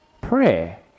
prayer